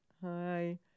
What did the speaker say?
hi